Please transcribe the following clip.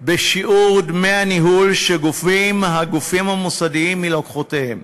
בשיעור דמי הניהול שגובים הגופים המוסדיים מלקוחותיהם,